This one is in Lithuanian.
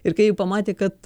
ir kai ji pamatė kad